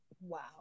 wow